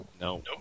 No